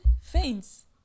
faints